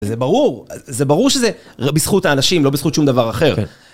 זה ברור, זה ברור שזה בזכות האנשים, לא בזכות שום דבר אחר.